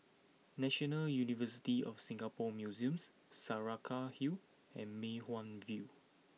National University of Singapore Museums Saraca Hill and Mei Hwan View